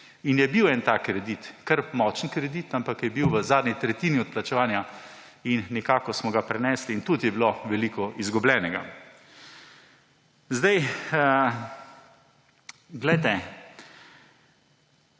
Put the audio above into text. in je bil en tak kredit, kar močen kredit, ampak je bil v zadnji tretjini odplačevanja in nekako smo ga prenesli in tudi je bilo veliko izgubljenega. Glejte,